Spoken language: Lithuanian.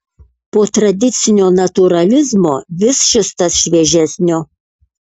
po tradicinio natūralizmo vis šis tas šviežesnio